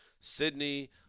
Sydney